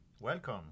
Welcome